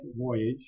voyage